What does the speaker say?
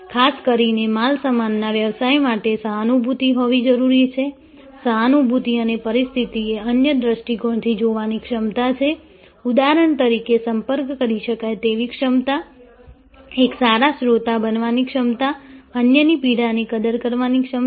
ખાસ કરીને માલસામાનના વ્યવસાય માટે સહાનુભુતિ હોવી જરૂરી છે સહાનુભૂતિ એ પરિસ્થિતિને અન્ય દ્રષ્ટિકોણથી જોવાની ક્ષમતા છે ઉદાહરણ તરીકે સંપર્ક કરી શકાય તેવી ક્ષમતા એક સારા શ્રોતા બનવાની ક્ષમતા અન્યની પીડાની કદર કરવાની ક્ષમતા